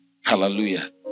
Hallelujah